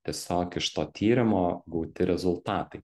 tiesiog iš to tyrimo gauti rezultatai